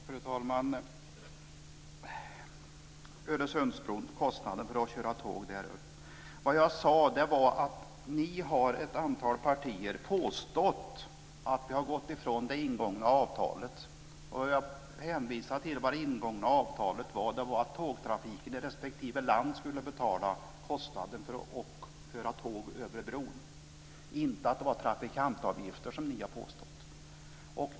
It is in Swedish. Fru talman! Vad jag sade om kostnaden för att köra tåg på Öresundsbron var att ni från ett antal partier har påstått att vi har gått ifrån det ingångna avtalet. Jag hänvisade till vad det ingångna avtalet innebär. Det är att tågtrafiken i respektive land ska betala kostnaden för att föra tåg över bron. Det ska inte, som ni har påstått, ske genom trafikantavgifter.